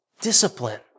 discipline